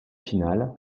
finale